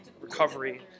recovery